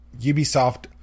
Ubisoft